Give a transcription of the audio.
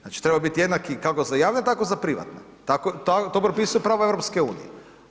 Znači trebaju biti jednaki kako za javne tako za privatne, to propisuje pravo EU-a.